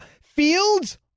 Fields